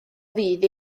fudd